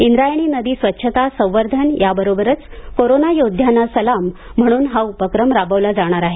इंद्रायणी नदी स्वच्छता संवर्धन या बरोबरच कोरोना योद्ध्यांना सलाम म्हणून हा उपक्रम राबवला जाणार आहे